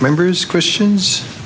members christians